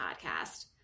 podcast